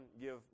give